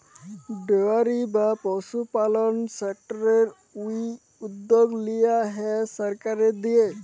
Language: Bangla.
ডেয়ারি বা পশুপালল সেক্টরের এই উদ্যগ লিয়া হ্যয় সরকারের দিঁয়ে